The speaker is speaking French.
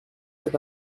cet